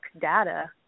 data